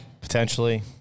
Potentially